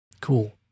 Cool